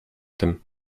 tym